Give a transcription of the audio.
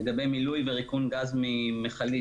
לגבי מילוי וריקון גז ממכלית,